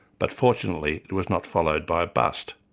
but fortunately it was not followed by a bust.